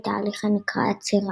בתהליך הנקרא "עצירה".